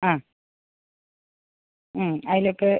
ആ ആ അതിലൊക്കെ